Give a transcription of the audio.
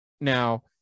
Now